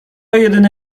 jedyny